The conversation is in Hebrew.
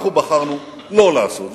אנחנו בחרנו לא לעשות זאת,